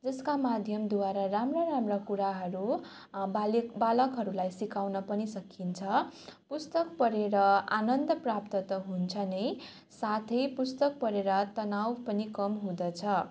जसका माध्यमद्वारा राम्रा राम्रा कुराहरू बालक बालकहरूलाई सिकाउन पनि सकिन्छ पुस्तक पढेर आनन्द प्राप्त त हुन्छ नै साथै पुस्तक पढेर तनाउ पनि कम हुँदछ